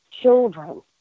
children